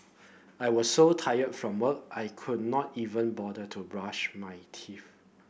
I was so tired from work I could not even bother to brush my teeth